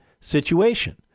situation